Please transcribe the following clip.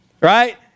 right